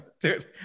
Dude